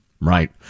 Right